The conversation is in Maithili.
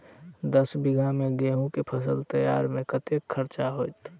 दस बीघा मे गेंहूँ केँ फसल तैयार मे कतेक खर्चा हेतइ?